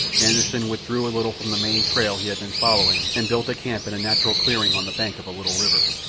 anderssen withdrew a little from the main trail he had been following and built a camp in a natural clearing on the bank of a little river.